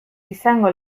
izango